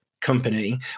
company